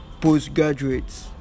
postgraduates